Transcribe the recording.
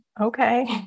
okay